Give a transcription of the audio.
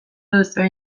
duzue